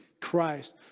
Christ